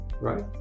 right